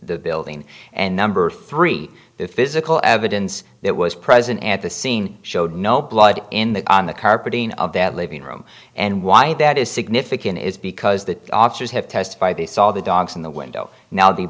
e building and number three the physical evidence that was present at the scene showed no blood in the on the carpeting of that living room and why that is significant is because the officers have testified they saw the dogs in the window now the